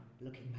looking